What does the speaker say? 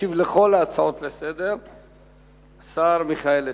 ישיב לכל ההצעות לסדר-היום השר מיכאל איתן.